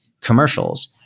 commercials